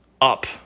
up